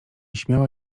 śmiała